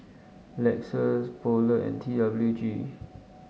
Llexus Poulet and T W G